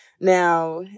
Now